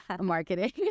marketing